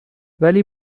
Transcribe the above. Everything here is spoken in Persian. ولی